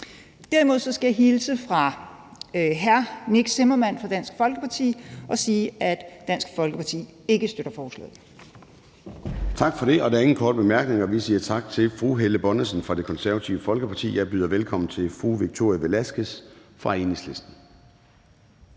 Derimod skal jeg hilse fra hr. Nick Zimmermann fra Dansk Folkeparti og sige, at Dansk Folkeparti ikke støtter forslaget. Kl. 11:14 Formanden (Søren Gade): Der er ingen korte bemærkninger. Vi siger tak til fru Helle Bonnesen fra Det Konservative Folkeparti. Jeg byder velkommen til fru Victoria Velasquez fra Enhedslisten.